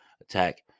attack